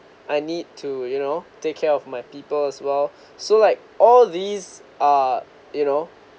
I need to you know take care of my people as well so like all these are you know